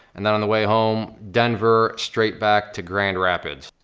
and then on the way home, denver, straight back to grand rapids.